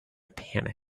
panic